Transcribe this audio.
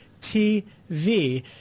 TV